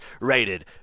rated